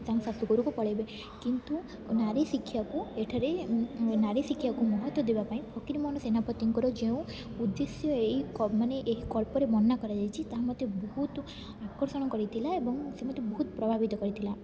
ତାଙ୍କ ଶାଶୁ ଘରକୁ ପଳେଇବେ କିନ୍ତୁ ନାରୀ ଶିକ୍ଷାକୁ ଏଠାରେ ନାରୀ ଶିକ୍ଷାକୁ ମହତ୍ଵ ଦେବା ପାଇଁ ଫକୀରମୋହନ ସେନାପତିଙ୍କର ଯେଉଁ ଉଦ୍ଦେଶ୍ୟ ଏହି ମାନେ ଏହି ଗଳ୍ପରେ ବର୍ଣ୍ଣନା କରାଯାଇଛି ତାହା ମୋତେ ବହୁତ ଆକର୍ଷଣ କରିଥିଲା ଏବଂ ସେ ମୋତେ ବହୁତ ପ୍ରଭାବିତ କରିଥିଲା